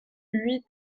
huit